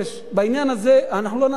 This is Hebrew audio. בעניין הזה אנחנו לא נעזוב אתכם.